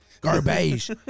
garbage